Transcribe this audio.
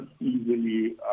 easily